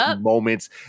moments